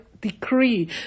decree